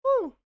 Woo